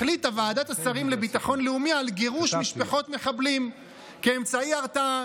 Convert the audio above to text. החליטה ועדת השרים לביטחון לאומי על גירוש משפחות מחבלים כאמצעי הרתעה,